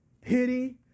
pity